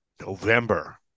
November